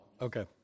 Okay